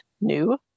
new